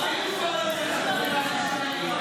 ראינו כבר היום איך אתם מנהלים את המליאה.